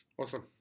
Awesome